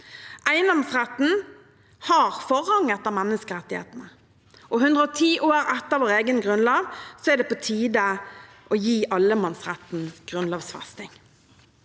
Eiendomsretten har forrang etter menneskerettighetene, og 110 år etter vår egen grunnlov er det på tide å gi allemannsretten grunnlovfesting.